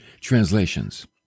translations